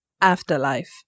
Afterlife